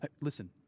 Listen